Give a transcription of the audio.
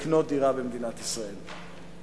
לקנות דירה במדינת ישראל.